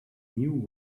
new